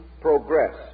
progress